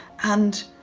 and